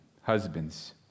Husbands